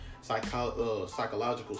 psychological